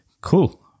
Cool